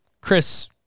chris